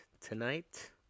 tonight